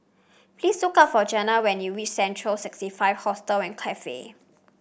please look up for Jena when you reach Central sixty five Hostel and Cafe